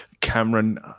Cameron